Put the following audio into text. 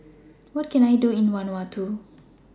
What Can I Do in Vanuatu